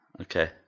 Okay